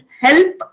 help